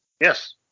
Yes